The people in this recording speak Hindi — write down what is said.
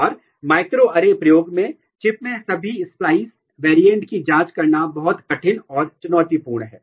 और माइक्रोएरे प्रयोग में चिप में सभी स्पलाइस वेरिएंट की जांच करना बहुत कठिन और चुनौतीपूर्ण है